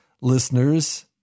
listeners